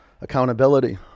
accountability